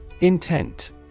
Intent